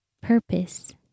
purpose